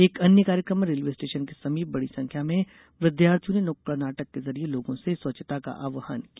एक अन्य कार्यक्रम में रेलवे स्टेशन के समीप बड़ी संख्या में विद्यार्थियों ने नुक्कड नाटक के जरिये लोगों से स्वच्छता का आव्हान किया